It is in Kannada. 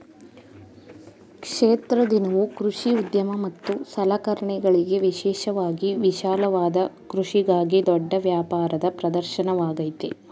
ಕ್ಷೇತ್ರ ದಿನವು ಕೃಷಿ ಉದ್ಯಮ ಮತ್ತು ಸಲಕರಣೆಗಳಿಗೆ ವಿಶೇಷವಾಗಿ ವಿಶಾಲವಾದ ಕೃಷಿಗಾಗಿ ದೊಡ್ಡ ವ್ಯಾಪಾರದ ಪ್ರದರ್ಶನವಾಗಯ್ತೆ